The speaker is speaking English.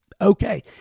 okay